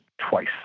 twice